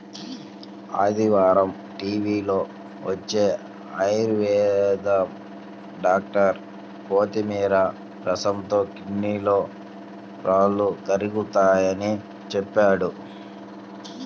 ఆదివారం టీవీలో వచ్చే ఆయుర్వేదం డాక్టర్ కొత్తిమీర రసంతో కిడ్నీలో రాళ్లు కరుగతాయని చెప్పాడు